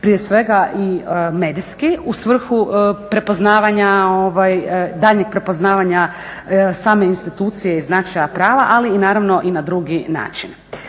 prije svega i medijski u svrhu daljnjeg prepoznavanja same institucije i značaja prava, ali naravno i na drugi način.